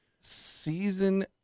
season